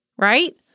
Right